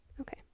okay